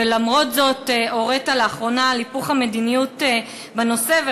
ולמרות זאת הורית לאחרונה על היפוך המדיניות בנושא.